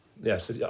Yes